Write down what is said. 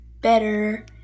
better